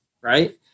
right